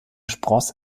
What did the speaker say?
spross